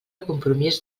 compromís